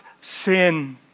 sin